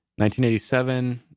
1987